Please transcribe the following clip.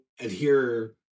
adhere